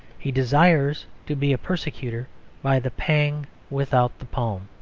he desires to be a persecutor by the pang without the palm.